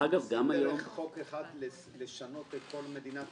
אנחנו מנסים דרך חוק אחד לשנות את כל מדינת ישראל.